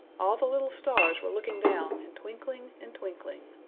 all the little stars were looking down and twinkling and twinkling.